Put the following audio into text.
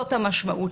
זאת המשמעות שלה.